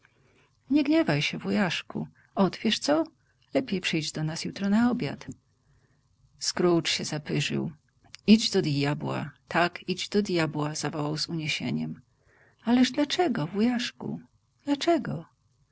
nie gniewaj się wujaszku oto wiesz co lepiej przyjdź do nas jutro na obiad scrooge się zapyrzył idź do djabła tak idź do djabła zawołał z uniesieniem ależ dlaczego wujaszku dlaczego